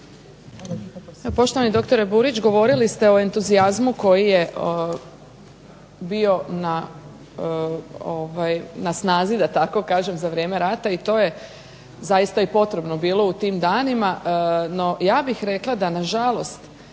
Poštovani dr. Burić govorili ste o entuzijazmu koji je bio na snazi za vrijeme rata i to je zaista potrebno bilo u tim danima, no ja bih rekla da na žalost